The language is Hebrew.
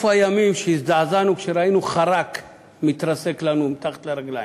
איפה הימים שהזדעזענו כשראינו חרק מתרסק לנו מתחת לרגליים?